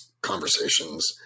conversations